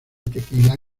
tequila